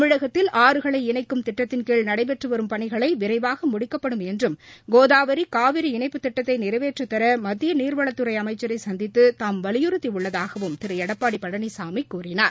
தமிழகத்தில் ஆறுகளை இணைக்கும் திட்டத்தின்கீழ் நடைபெற்று வரும் பணிகளை விரைவாக முடிக்கப்படும் என்றும் கோதாவரி காவிரி இணைப்பு திட்டத்தை நிறைவேற்றித்தர மத்திய நீர்வளத்துறை அமைச்சரை சந்தித்து தாம் வலியுறுத்தி உள்ளதாகவும் திரு எடப்பாடி பழனிசாமி கூறினார்